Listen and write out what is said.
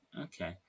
Okay